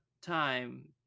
time